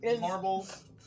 Marbles